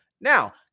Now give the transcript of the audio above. Now